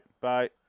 Bye